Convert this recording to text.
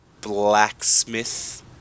blacksmith